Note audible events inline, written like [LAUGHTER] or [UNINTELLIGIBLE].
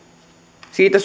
siitä [UNINTELLIGIBLE]